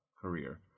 career